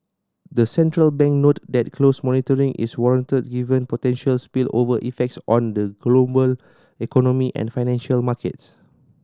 the central bank noted that close monitoring is warranted given potential spillover effects on the global economy and financial markets